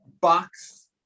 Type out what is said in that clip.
box